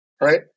right